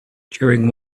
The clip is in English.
during